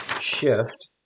Shift